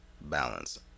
balance